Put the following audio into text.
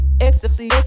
ecstasy